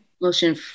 Motion